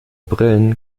brillen